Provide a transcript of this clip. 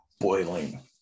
boiling